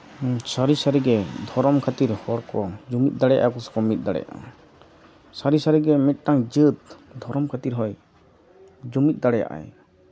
ᱥᱟᱹᱨᱤ ᱥᱟᱹᱨᱤᱜᱮ ᱫᱷᱚᱨᱚᱢ ᱠᱷᱟᱹᱛᱤᱨ ᱦᱚᱲᱠᱚ ᱡᱩᱢᱤᱫ ᱫᱟᱲᱮᱭᱟᱜᱼᱟ ᱥᱮᱠᱚ ᱢᱤᱫ ᱫᱟᱲᱮᱭᱟᱜᱼᱟ ᱥᱟᱹᱨᱤ ᱥᱟᱹᱨᱤᱜᱮ ᱢᱤᱫᱴᱟᱱ ᱡᱟᱹᱛ ᱫᱷᱚᱨᱚᱢ ᱠᱷᱟᱹᱛᱤᱨ ᱦᱚᱸᱭ ᱡᱩᱢᱤᱫ ᱫᱟᱲᱮᱭᱟᱜ ᱟᱭ